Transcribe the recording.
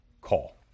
call